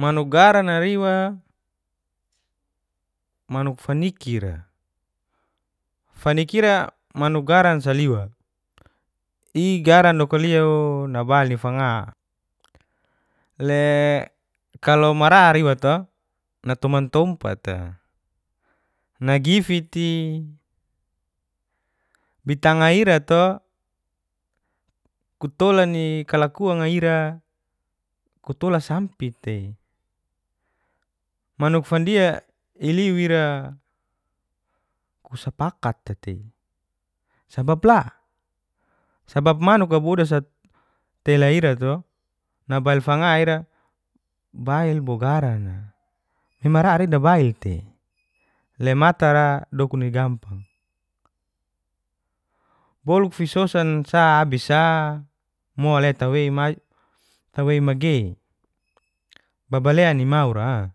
Manuk garana iwa manuk fanikira faniki ira manuk garan saliwa igaran loka liao nabil ni fanga kalo marar iwa to natoman tompat nagifiti bitsnga ira to kutolan ni kalakuanga ira kutola sampe tei manuk fandia iliu ira kusapak tetei sabap manuk boda satele ira to nabaiil fanga ira bail bo garana imarar idabail tei le matara dokuni gampang bolu fisosan sa abis sa mole tawei magei baba len ni maura